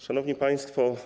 Szanowni Państwo!